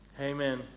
Amen